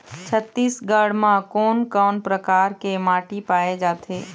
छत्तीसगढ़ म कोन कौन प्रकार के माटी पाए जाथे?